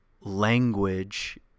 language